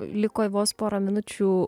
liko vos pora minučių